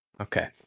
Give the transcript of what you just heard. Okay